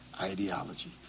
ideology